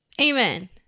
amen